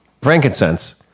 frankincense